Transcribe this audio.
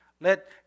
Let